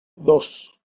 dos